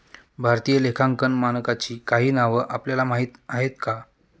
भारतीय लेखांकन मानकांची काही नावं आपल्याला माहीत आहेत का?